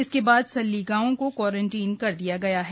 इसके बाद सल्ली गांव को क्वारंटीन कर दिया गया है